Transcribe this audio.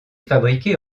fabriqués